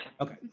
Okay